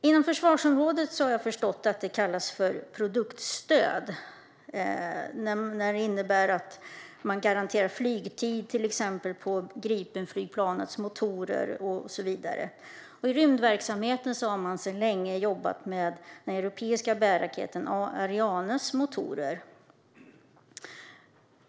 På försvarsområdet kallas det, har jag förstått, produktstöd när man till exempel garanterar flygtid för Gripenflygplanets motorer. I rymdverksamheten har man sedan länge arbetat med den europeiska bärraketen Arianes motorer.